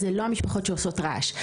הן לא המשפחות שעושות רעש,